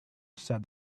said